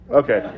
okay